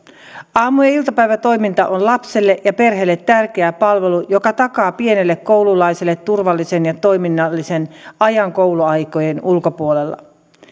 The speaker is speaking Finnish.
aamu ja iltapäivätoiminta on lapselle ja perheelle tärkeä palvelu joka takaa pienelle koululaiselle turvallisen ja toiminnallisen ajan kouluaikojen ulkopuolella